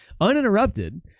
uninterrupted